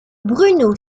bruno